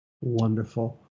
wonderful